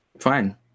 Fine